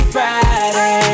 Friday